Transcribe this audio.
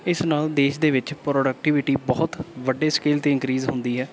ਇਸ ਨਾਲ ਦੇਸ਼ ਦੇ ਵਿੱਚ ਪ੍ਰੋਡਕਟੀਵਿਟੀ ਬਹੁਤ ਵੱਡੇ ਸਕੇਲ 'ਤੇ ਇੰਕਰੀਜ ਹੁੰਦੀ ਹੈ